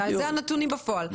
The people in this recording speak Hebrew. אלה הנתונים בפועל.